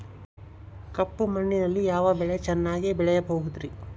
ಕಪ್ಪು ಮಣ್ಣಿನಲ್ಲಿ ಯಾವ ಬೆಳೆ ಚೆನ್ನಾಗಿ ಬೆಳೆಯಬಹುದ್ರಿ?